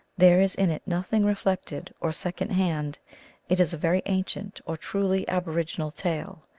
there is in it nothing reflected or second-hand it is a very ancient or truly aboriginal tale.